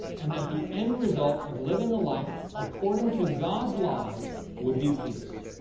and that the end result of living a life according to god's laws would be peace.